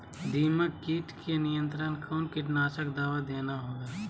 दीमक किट के नियंत्रण कौन कीटनाशक दवा देना होगा?